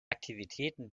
aktivitäten